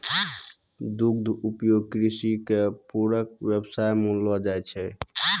दुग्ध उद्योग कृषि के पूरक व्यवसाय मानलो जाय छै